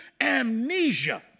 amnesia